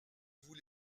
vous